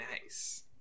nice